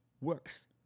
works